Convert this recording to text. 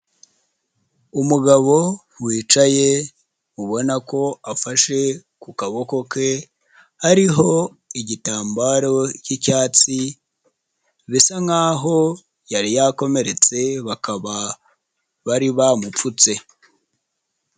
Umugabo wicaye ubona ko afashe ku kaboko ke hariho igitambaro cy'icyatsi bisa nkaho yari yakomeretse bakaba bari bamupfutse.